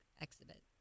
exhibit